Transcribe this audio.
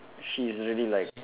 she is really like